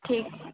ठीक ऐ